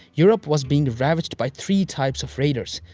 europe was being ravaged by three types of raiders,